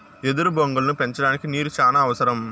ఎదురు బొంగులను పెంచడానికి నీరు చానా అవసరం